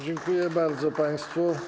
Dziękuję bardzo państwu.